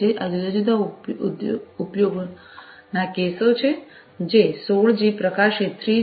આ જુદા જુદા ઉપયોગના કેસો છે જે 16 જી પ્રકાશિત 3 જી